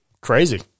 crazy